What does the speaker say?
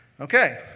Okay